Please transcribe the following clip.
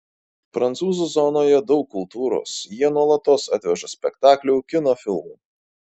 prancūzų zonoje daug kultūros jie nuolatos atveža spektaklių kino filmų